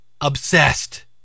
obsessed